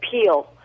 appeal